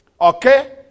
Okay